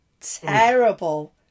Terrible